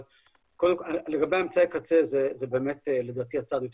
אבל לגבי אמצעי קצה זה לדעתי הצד של